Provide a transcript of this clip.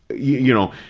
you know,